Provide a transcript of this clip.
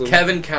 Kevin